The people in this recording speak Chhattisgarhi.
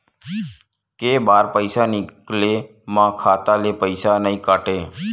के बार पईसा निकले मा खाता ले पईसा नई काटे?